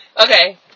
Okay